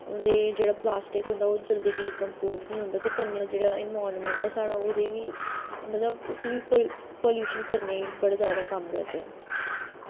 उं'दे च जेह्ड़े प्लास्टिक होंदा ओह् जल्दी डिक्मपोज़ निं होंदा ते कन्नै ओह् जेह्ड़ा इन्वाईरनमैंट ऐ साढ़ा ओह्दे बी मतलब उस्सी बी पल्यूशन करने गी बड़ा जैदा कम्म करदे न